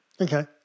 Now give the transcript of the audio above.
Okay